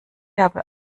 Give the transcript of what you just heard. habe